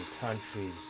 countries